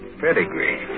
pedigree